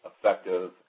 effective